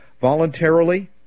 voluntarily